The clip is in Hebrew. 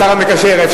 השר המקשר, השר המקשר.